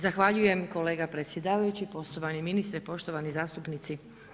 Zahvaljujem kolega predsjedavajući, poštovani ministre, poštovani zastupnici.